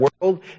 world